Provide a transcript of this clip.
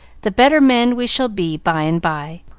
the better men we shall be by and by.